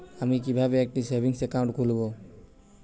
আমি কিভাবে একটি সেভিংস অ্যাকাউন্ট খুলব?